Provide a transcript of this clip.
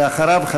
ואחריו,